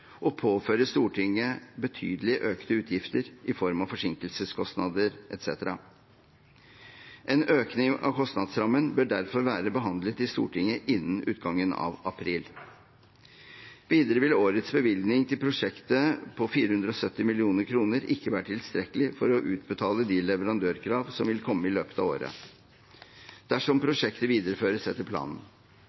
og påføre Stortinget betydelig økte utgifter i form av forsinkelseskostnader etc. En økning av kostnadsrammen bør derfor være behandlet i Stortinget innen utgangen av april. Videre vil årets bevilgning til prosjektet på 470 mill. kr ikke være tilstrekkelig for å utbetale de leverandørkrav som vil komme i løpet av året, dersom prosjektet videreføres etter planen.